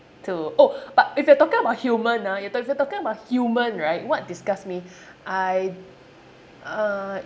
to oh but if you are talking about human ah if you're talking about human right what disgusts me I uh